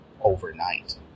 overnight